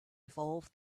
evolved